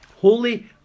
Holy